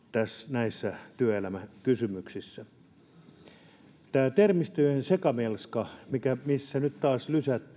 työelämäkysymyksissä tämä termistöjen sekamelska mitä nyt taas